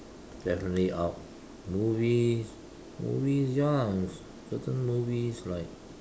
definitely out movies movies ya certain movies like